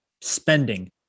spending